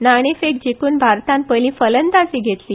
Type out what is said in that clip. नाणेफेक जिखून भारतान पयली फलंदाजी घेतली